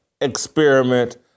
experiment